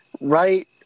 Right